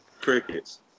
Crickets